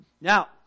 Now